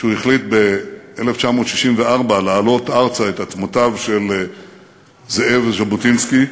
כשהוא החליט ב-1964 להעלות ארצה את עצמותיו של זאב ז'בוטינסקי,